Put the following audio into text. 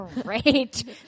Great